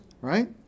right